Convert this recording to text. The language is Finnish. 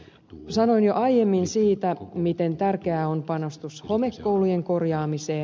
sanoin jo aiemmin siitä miten tärkeä on panostus homekoulujen korjaamiseen